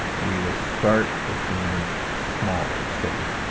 we will start with the image smaller, say,